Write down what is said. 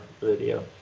video